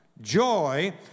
joy